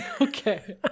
okay